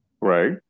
Right